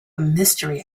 mystery